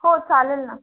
हो चालेल ना